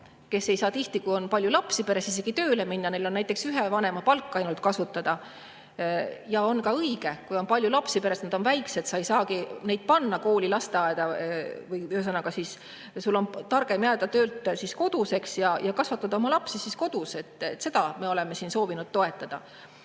kes ei saa tihti, kui on palju lapsi peres, isegi tööle minna ja neil on näiteks ühe vanema palk ainult kasutada? Ja on ka õige, et kui on palju lapsi peres ja nad on väikesed, siis sa ei saagi neid panna kooli või lasteaeda või sul on targem jääda töölt koduseks ja kasvatada oma lapsi kodus. Seda me oleme siin soovinud toetada.